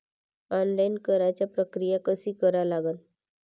Online कराच प्रक्रिया कशी करा लागन?